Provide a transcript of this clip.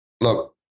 look